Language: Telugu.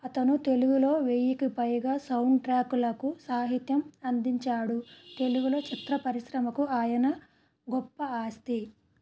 అతను తెలుగులో వెయ్యికి పైగా సౌండ్ ట్రాకులకు సాహిత్యం అందించాడు తెలుగులో చిత్ర పరిశ్రమకు ఆయన గొప్ప ఆస్తి